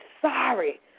sorry